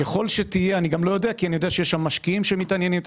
אני יודע שיש שם משקיעים שמתעניינים.